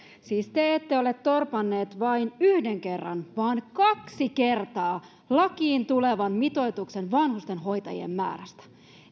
siis te ette ole torpanneet vain yhden kerran vaan kaksi kertaa lakiin tulevan mitoituksen vanhustenhoitajien määrästä